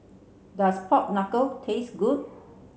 does pork knuckle taste good